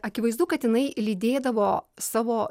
akivaizdu kad jinai lydėdavo savo